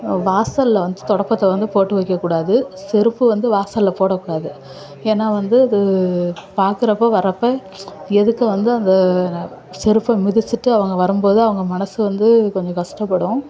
வாசலில் வந்து தொடப்பத்தை வந்து போட்டு வைக்கக் கூடாது செருப்பு வந்து வாசலில் போடக்கூடாது ஏன்னா வந்து அது பார்க்குறப்ப வர்றப்போ எதுக்க வந்து அங்கே செருப்பை மிதிச்சுட்டு அவங்க வரும் போது அவங்க மனசு வந்து கொஞ்சம் கஷ்டப்படும்